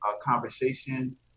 conversation